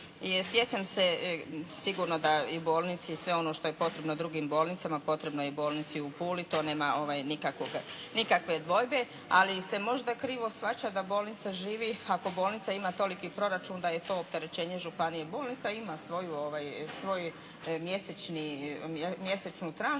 sjećam se, sigurno da i bolnici i sve ono što je potrebno drugim bolnicama potrebno je i bolnici u Puli, to nema nikakve dvojbe ali se možda krivo shvaća da bolnica živi ako bolnica ima toliki proračun da je to opterećenje županije. Bolnica ima svoju mjesečnu tranšu